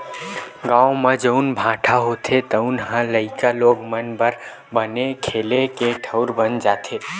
गाँव म जउन भाठा होथे तउन ह लइका लोग मन बर बने खेले के ठउर बन जाथे